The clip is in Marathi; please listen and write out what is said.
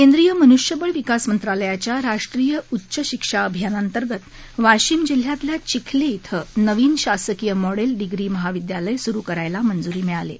केंद्रीय मनुष्यबळ विकास मंत्रालयाच्या राष्ट्रीय उच्च शिक्षा अभियाना अंतर्गत वाशीम जिल्ह्यातल्या चिखली इथं नवीन शासकीय मॉडेल डिग्री महाविद्यालय सुरु करायला मंजुरी मिळाली आहे